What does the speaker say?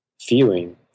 feeling